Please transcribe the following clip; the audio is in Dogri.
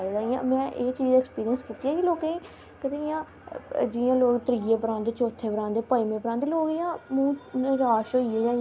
टीबी जरुर गै सारे गे दिखदे ना सारे दे घरे अपने अजकल दे जमाने च सारे दे घरे च टीबी हैन ते घर घर टीबी हैन ते लोके अपने अपने घर